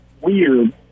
weird